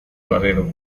laredo